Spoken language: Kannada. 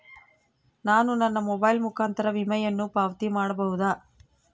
ನಾನು ನನ್ನ ಮೊಬೈಲ್ ಮುಖಾಂತರ ವಿಮೆಯನ್ನು ಪಾವತಿ ಮಾಡಬಹುದಾ?